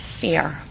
fear